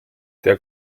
der